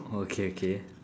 okay okay